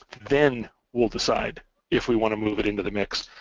then we'll decide if we want to move it into the mix.